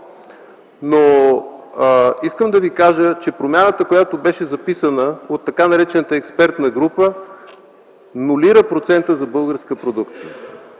оставил за домашно. Промяната, която беше записана от така наречената експертна група, нулира процента за българска продукция